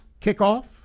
kickoff